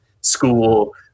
school